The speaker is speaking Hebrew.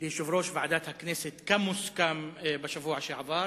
ליושב-ראש ועדת הכנסת כמוסכם מהשבוע שעבר,